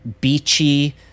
beachy